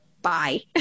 bye